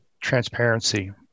Transparency